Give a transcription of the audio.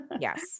Yes